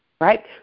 right